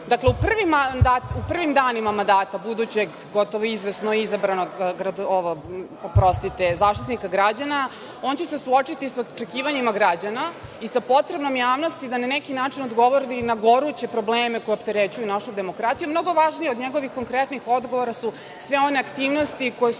čuli. Dakle, u prvim danima mandata budućeg, gotovo izvesno izabranog Zaštitnika građana, on će se suočiti sa očekivanjima građana i sa potrebom javnosti da na neki način odgovori na goruće probleme koji opterećuju našu demokratiju. Mnogo važnije od njegovih konkretnih odgovora su sve one aktivnosti koje su